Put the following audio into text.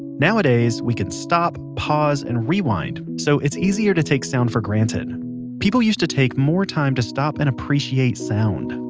nowadays, we can stop, pause, and rewind so it's easier to take sound for granted people used to take more time to stop and appreciate sound.